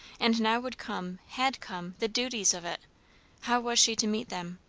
and now would come, had come, the duties of it how was she to meet them?